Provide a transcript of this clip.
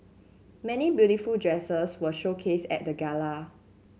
many beautiful dresses were showcased at the gala